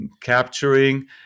capturing